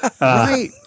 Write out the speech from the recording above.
Right